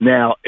Now